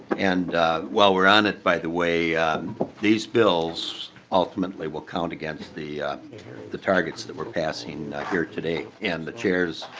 and while we are on it by the way these bills ultimately will count against the the targets that we are passing here today. and the chairs